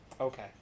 Okay